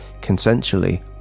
consensually